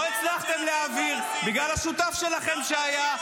לא הצלחתם להעביר בגלל השותף שלכם,